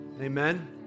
Amen